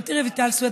חברתי רויטל סויד,